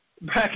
back